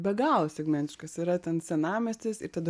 be galo segmentiškas yra ten senamiestis ir tada